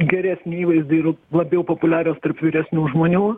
geresnį įvaizdį ir labiau populiarios tarp vyresnių žmonių